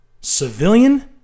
civilian